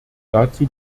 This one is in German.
dazu